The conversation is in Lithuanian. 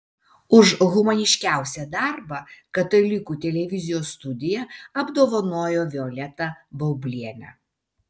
už humaniškiausią darbą katalikų televizijos studija apdovanojo violetą baublienę